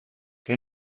que